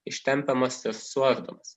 ištempiamas ir suardomas